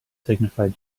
signified